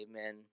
amen